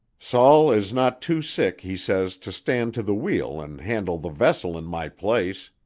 saul is not too sick, he says, to stand to the wheel and handle the vessel in my place.